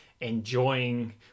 enjoying